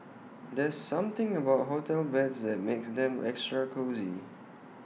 there's something about hotel beds that makes them extra cosy